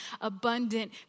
abundant